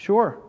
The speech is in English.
Sure